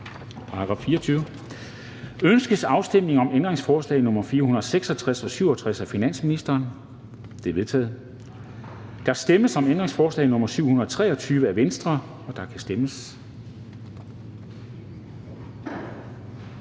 forkastet. Ønskes afstemning om ændringsforslag nr. 662 af finansministeren? Det er vedtaget. Der stemmes om ændringsforslag nr. 750 af V, og der kan stemmes.